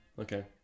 Okay